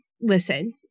listen